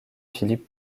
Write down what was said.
philippe